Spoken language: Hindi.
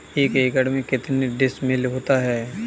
एक एकड़ में कितने डिसमिल होता है?